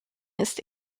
ist